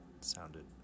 sounded